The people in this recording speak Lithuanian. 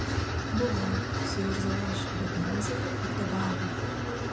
buvau suirzau aš bet mozė papurtė galvą